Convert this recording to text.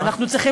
אדוני השר,